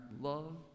Love